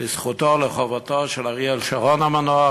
לזכותו או לחובתו של אריאל שרון המנוח,